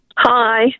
Hi